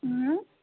اۭں